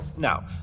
Now